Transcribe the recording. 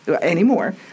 anymore